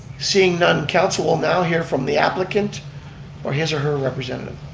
seeing none, council will now hear from the applicant or his or her representative.